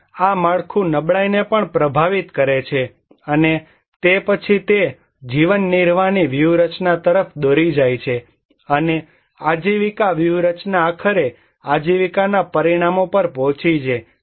અને આ માળખું નબળાઈને પણ પ્રભાવિત કરે છે અને તે પછી તે જીવનનિર્વાહની વ્યૂહરચના તરફ દોરી જાય છે અને આજીવિકા વ્યૂહરચના આખરે આજીવિકાનાં પરિણામો પર પહોંચી છે